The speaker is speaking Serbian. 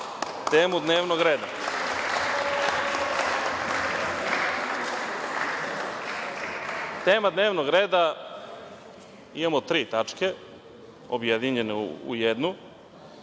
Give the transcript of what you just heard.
temu dnevnog reda. Tema dnevnog reda, imamo tri tačke objedinjene u jednu,